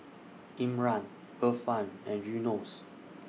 Imran Irfan and Yunos